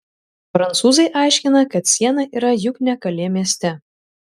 prancūzai aiškina kad siena yra juk ne kalė mieste